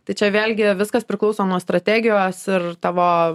tai čia vėlgi viskas priklauso nuo strategijos ir tavo